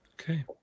Okay